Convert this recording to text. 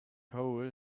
hole